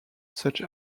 such